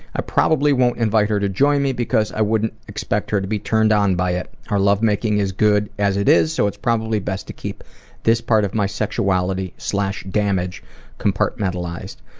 i probably won't invite her to join me because i wouldn't expect her to be turned on by it. our lovemaking is good as it is so it's probably best to keep this part of my sexuality damage compartmentalized.